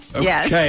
Yes